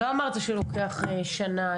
-- לא אמרת שזה לוקח שנה,